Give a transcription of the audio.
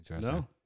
No